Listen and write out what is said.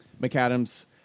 McAdams